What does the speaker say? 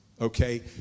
okay